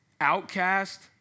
Outcast